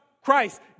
Christ